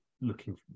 looking